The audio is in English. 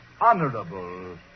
honorable